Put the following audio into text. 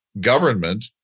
government